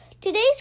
Today's